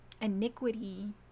iniquity